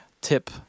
tip